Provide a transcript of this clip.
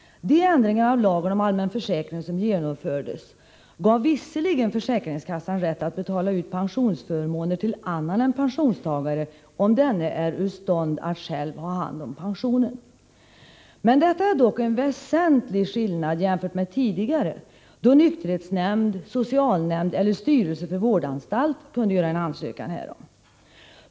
De ändringar av lagen om allmän försäkring som genomfördes gav visserligen försäkringskassan rätt att betala ut pensionsförmåner till annan än pensionstagare, om denne är ur stånd att själv ha hand om pensionen. Detta är dock en väsentlig skillnad jämfört med tidigare, då nykterhetsnämnd, socialnämnd eller styrelse för vårdanstalt kunde göra en ansökan härom.